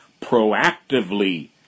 proactively